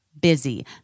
busy